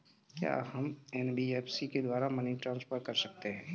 क्या हम एन.बी.एफ.सी के द्वारा मनी ट्रांसफर कर सकते हैं?